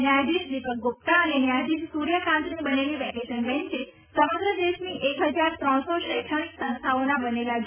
ન્યાયાધીશ દિપક ગુપ્તા અને ન્યાયાધીશ સૂર્યકાન્તની બનેલી વેકેશન બેન્ચે સમગ્ર દેશની એક હજાર ત્રણસો શૈક્ષણિક સંસ્થાઓના બનેલા જૂથ ભારતીય શિક્ષણ તા